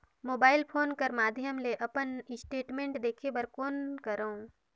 Mobile phone कर माध्यम ले अपन स्टेटमेंट देखे बर कौन करों?